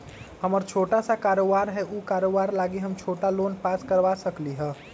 हमर छोटा सा कारोबार है उ कारोबार लागी हम छोटा लोन पास करवा सकली ह?